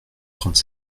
trente